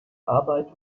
arbeit